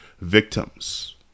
victims